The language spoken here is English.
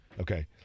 Okay